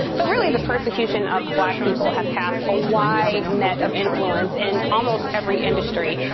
so, really, the persecution of black people has cast a wide net of influence in almost every industry.